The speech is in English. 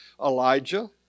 Elijah